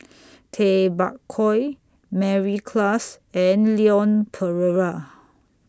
Tay Bak Koi Mary Klass and Leon Perera